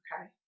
okay